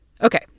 Okay